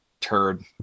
turd